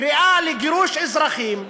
קריאה לגירוש אזרחים,